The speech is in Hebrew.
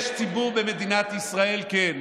יש ציבור במדינת ישראל שהוא